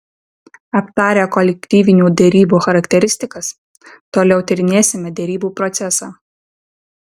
aptarę kolektyvinių derybų charakteristikas toliau tyrinėsime derybų procesą